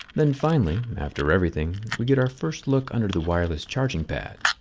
then finally, after everything, we get our first look under the wireless charging pad